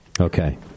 Okay